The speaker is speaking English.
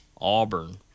Auburn